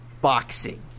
Boxing